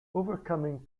overcoming